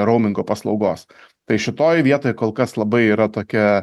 roumingo paslaugos tai šitoj vietoj kol kas labai yra tokia